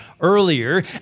earlier